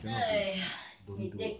cannot be don't do